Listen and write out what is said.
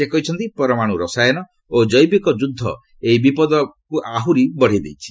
ସେ କହିଛନ୍ତି ପରମାଣୁ ରସାୟନ ଓ ଜୈବିକ ଯୁଦ୍ଧ ଏହି ବିପଦକୁ ଆହୁରି ବଢ଼େଇ ଦେଇଛି